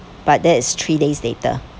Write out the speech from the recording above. but that was three days later